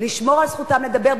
לשמור על זכותם לדבר,